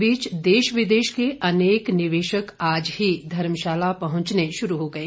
इस बीच देश विदेश के अनेक निवेशक आज ही धर्मशाला पहुंचने शुरू हो गए